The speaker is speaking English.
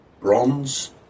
bronze